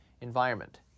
environment